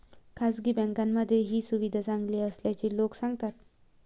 खासगी बँकांमध्ये ही सुविधा चांगली असल्याचे लोक सांगतात